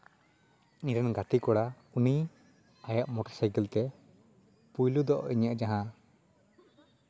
ᱤᱧᱨᱮᱱ ᱜᱟᱛᱮ ᱠᱚᱲᱟ ᱩᱱᱤ ᱟᱭᱟᱜ ᱢᱚᱴᱚᱨᱥᱟᱭᱠᱮᱞ ᱛᱮ ᱯᱳᱭᱞᱳ ᱫᱚ ᱤᱧᱟᱹᱜ ᱡᱟᱦᱟᱸ